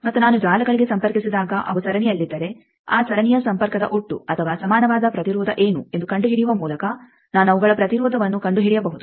ಮತ್ತು ನಾನು ಜಾಲಗಳಿಗೆ ಸಂಪರ್ಕಿಸಿದಾಗ ಅವು ಸರಣಿಯಲ್ಲಿದ್ದರೆ ಆ ಸರಣಿಯ ಸಂಪರ್ಕದ ಒಟ್ಟು ಅಥವಾ ಸಮಾನವಾದ ಪ್ರತಿರೋಧ ಏನು ಎಂದು ಕಂಡುಹಿಡಿಯುವ ಮೂಲಕ ನಾನು ಅವುಗಳ ಪ್ರತಿರೋಧವನ್ನು ಕಂಡುಹಿಡಿಯಬಹುದು